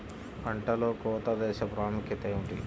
పంటలో కోత దశ ప్రాముఖ్యత ఏమిటి?